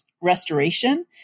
restoration